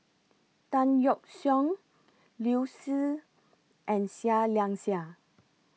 Tan Yeok Seong Liu Si and Seah Liang Seah